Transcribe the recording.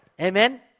Amen